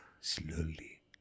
slowly